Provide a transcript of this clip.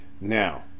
now